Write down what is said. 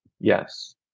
Yes